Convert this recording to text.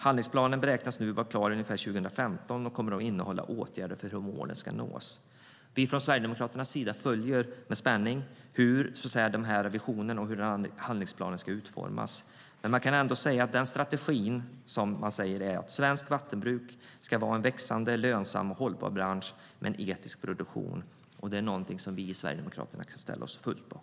Handlingsplanen beräknas bli klar under 2015 och kommer att innehålla åtgärder för hur målen ska nås. Från Sverigedemokraternas sida följer vi med spänning hur visionen och handlingsplanen ska utformas. Den strategi man säger sig ha för att svenskt vattenbruk ska vara en växande, lönsam och hållbar bransch med en etisk produktion är någonting vi i Sverigedemokraterna kan ställa oss fullt bakom.